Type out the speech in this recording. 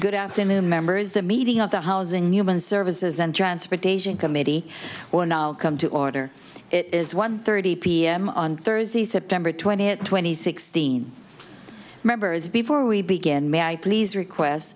good afternoon members the meeting of the housing and human services and transportation committee or now come to order it is one thirty p m on thursday september twentieth twenty sixteen members before we begin may i please requests